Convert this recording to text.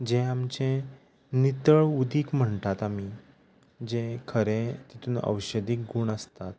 जें आमचें नितळ उदीक म्हणटात आमी जें खरें तितून अवशदी गूण आसतात